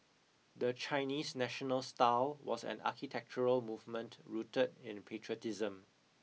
the Chinese national style was an architectural movement rooted in patriotism